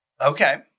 Okay